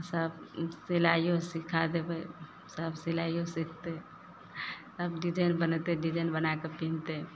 सब सिलाइओ सीखा देबय सब सिलाइओ सीखतय सब डिजाइन बनेतय डिजाइन बनाके पीन्हतय